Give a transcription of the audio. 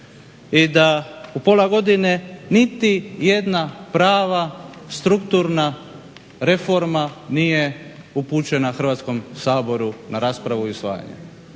i da u pola godine niti jedna prava strukturna reforma nije upućena Hrvatskom saboru na raspravu i usvajanje.